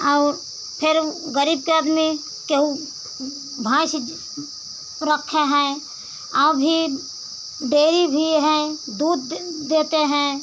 और फेर गरीब के आदमी कोई भैँस रखे हैं अभी डेयरी भी है दूध दे देते हैं